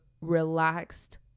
relaxed